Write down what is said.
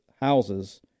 houses